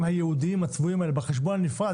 הייעודיים הצבועים האלה בחשבון הנפרד.